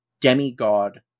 demigod